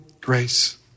grace